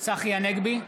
צחי הנגבי,